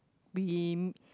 we